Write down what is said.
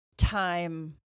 Time